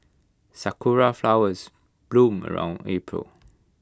Sakura Flowers bloom around April